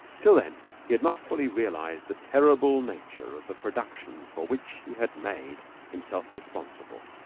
till then he had not fully realized the terrible nature of the production for which he had made himself responsible.